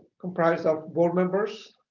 comprised of board members,